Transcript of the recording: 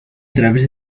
través